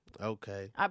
Okay